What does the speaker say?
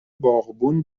باغبون